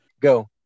Go